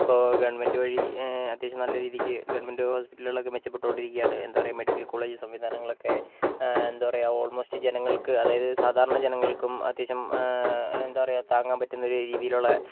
ഇപ്പോൾ ഗവണ്മെൻറ്റ് വഴി അത്യാവശ്യം നല്ല രീതിക്ക് ഗവണ്മെൻറ്റ് ഹോസ്പിറ്റലുകളൊക്കെ മെച്ചപ്പെട്ടുകൊണ്ടിരിക്കുവാണ് എന്താ പറയുക മെഡിക്കൽ കോളേജ് സംവിധാനങ്ങളൊക്കെ എന്താ പറയുക ഓൾമോസ്റ്റ് ജനങ്ങൾക്ക് അതായത് സാധാരണ ജനങ്ങൾക്കും അത്യാവശ്യം എന്താ പറയുക താങ്ങാൻ പറ്റുന്ന രീതിയിലുള്ള